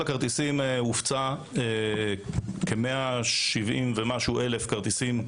הכרטיסים הופצו, כ-170,000 כרטיסים.